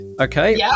Okay